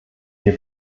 wir